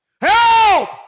Help